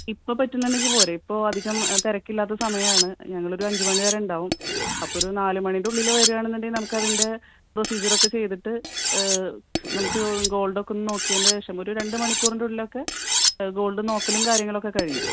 ഇപ്പോൾ പറ്റും എന്നുണ്ടെങ്കിൽ പോരെ ഇപ്പോൾ അധികം തിരക്കില്ലാത്ത സമയമാണ് ഞങ്ങളൊരു അഞ്ചുമണിവരെ ഉണ്ടാവും അപ്പോൾ ഒരു നാലുമണിയുടെ ഉള്ളിൽ വരികയാണെന്നുണ്ടെങ്കിൽ നമുക്കതിൻ്റെ പ്രൊസീജറൊക്കെ ചെയ്തിട്ട് നമുക്ക് ഗോൾഡൊക്കെയൊന്ന് നോക്കിയതിൻ്റെ ശേഷം ഒരു രണ്ടുമണിക്കൂറിൻ്റെ ഉള്ളിലൊക്കെ ഗോൾഡ് നോക്കലും കാര്യങ്ങളൊക്കെ കഴിയും